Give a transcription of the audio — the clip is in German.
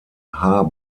haar